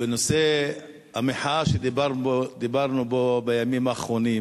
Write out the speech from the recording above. בנושא המחאה שדיברנו בו בימים האחרונים